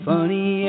Funny